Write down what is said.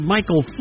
Michael